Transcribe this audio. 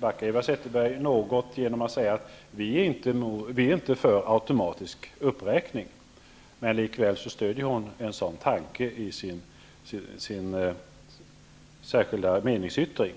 vacklar något genom att säga att Vänsterpartiet inte är för en automatisk uppräkning. Men likväl stöder hon en sådan tanke i sin särskilda meningsyttring.